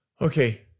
Okay